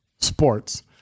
sports